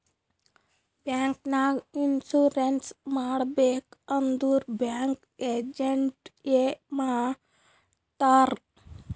bank ನಾಗ್ insurance ಮಾಡಬೇಕ್ ಅಂದುರ್ ಬ್ಯಾಂಕ್ ಏಜೆಂಟ್ ಎ ಮಾಡ್ತಾರ್